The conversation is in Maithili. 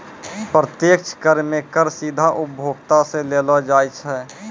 प्रत्यक्ष कर मे कर सीधा उपभोक्ता सं लेलो जाय छै